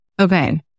Okay